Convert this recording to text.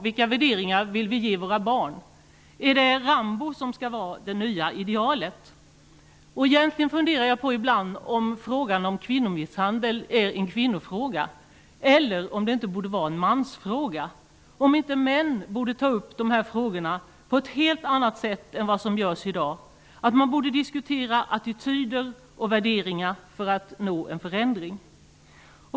Vilka värderingar vill vi ge våra barn? Är det Rambo som skall vara det nya idealet? Ibland funderar jag på om frågan om kvinnomisshandel egentligen är en kvinnofråga och på om det här inte borde vara en mansfråga. Borde inte män ta upp de här frågorna på ett helt annat sätt än som sker i dag? Man borde diskutera attityder och värderingar för att nå en förändring.